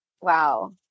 Wow